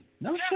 No